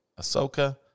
Ahsoka